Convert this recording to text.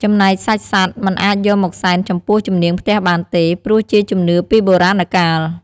ចំណែកសាច់សត្វមិនអាចយកមកសែនចំពោះជំនាងផ្ទះបានទេ ព្រោះជាជំនឿពីបុរាណកាល។